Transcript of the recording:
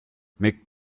mais